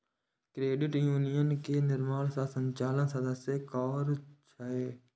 credit union के निर्माण आ संचालन सदस्ये करै छै